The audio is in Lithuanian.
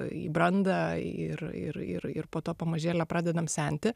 į brandą ir ir ir ir po to pamažėle pradedam senti